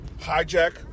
hijack